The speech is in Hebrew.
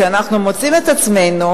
שאנחנו מוצאים את עצמנו,